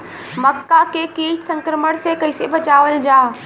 मक्का के कीट संक्रमण से कइसे बचावल जा?